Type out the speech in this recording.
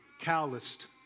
calloused